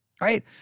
right